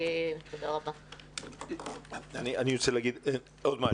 אני רוצה לומר עוד משהו.